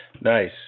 Nice